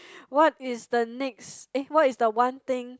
what is the next eh what is the one thing